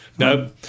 No